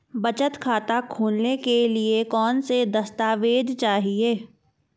बचत खाता खोलने के लिए कौनसे दस्तावेज़ चाहिए?